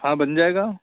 हाँ बन जाएगा